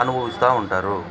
అనుభవిస్తూ ఉంటారు